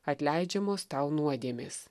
atleidžiamos tau nuodėmės